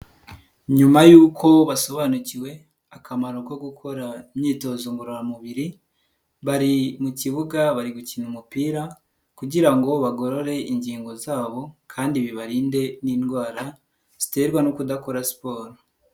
Nyuma yuko basobanukiwe akamaro ko gukora imyitozo ngororamubiri, bari mu kibuga bari gukina umupira kugira ngo bagorore ingingo zabo kandi bibarinde n'indwara ziterwa no kudakora siporo.